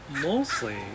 mostly